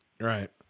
Right